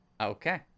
Okay